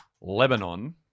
Lebanon